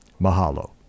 Mahalo